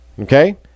Okay